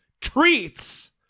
treats